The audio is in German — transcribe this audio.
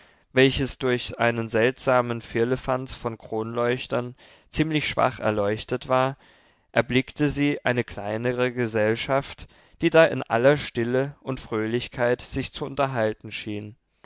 welches durch einen seltsamen firlefanz von kronleuchtern ziemlich schwach erleuchtet war erblickte sie eine kleinere gesellschaft die da in aller stille und fröhlichkeit sich zu unterhalten schien